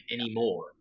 anymore